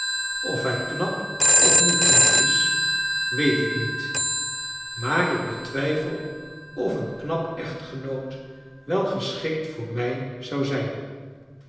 of hij knap of niet knap is weet ik niet maar ik betwijfeld of een knap echtgenoot wel geschikt voor mij zou zijn